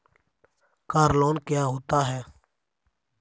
Car loan क्या होता है?